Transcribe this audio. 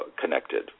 connected